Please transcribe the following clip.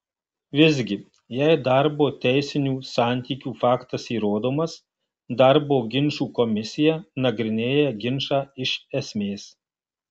visgi jei darbo teisinių santykių faktas įrodomas darbo ginčų komisija nagrinėja ginčą iš esmės